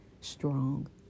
strong